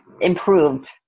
improved